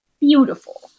beautiful